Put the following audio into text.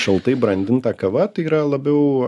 šaltai brandinta kava tai yra labiau